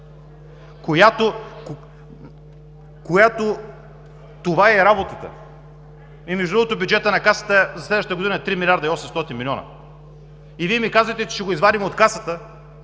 която това й е работата. Между другото, бюджетът на Касата за следващата година е 3 милиарда и 800 милиона и Вие ми казвате, че ще го извадим от Касата,